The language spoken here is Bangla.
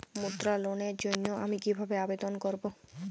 মুদ্রা লোনের জন্য আমি কিভাবে আবেদন করবো?